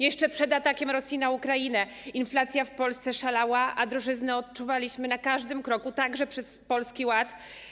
Jeszcze przed atakiem Rosji na Ukrainę inflacja w Polsce szalała, a drożyznę odczuwaliśmy na każdym kroku, także przez Polski Ład.